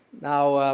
now,